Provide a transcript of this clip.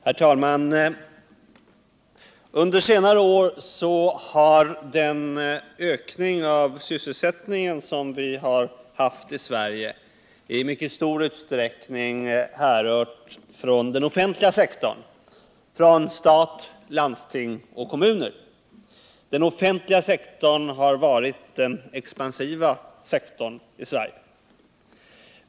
Herr talman! Under senare år har den ökning av sysselsättningen som vi har haft i Sverige i mycket stor utsträckning härrört från den offentliga sektorn, från stat, landsting och kommuner. Den offentliga sektorn har varit den expansiva sektorn i vårt land.